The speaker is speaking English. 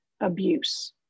abuse